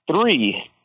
three